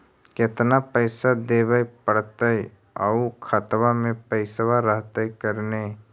केतना पैसा देबे पड़तै आउ खातबा में पैसबा रहतै करने?